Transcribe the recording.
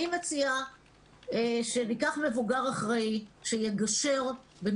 אני מציע שניקח מבוגר אחראי שיגשר בין